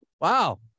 Wow